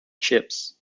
chips